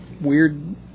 weird